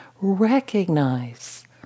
recognize